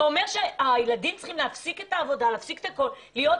זה אומר שהילדים צריכים להפסיק לעבוד ולהיות אתו.